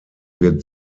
wird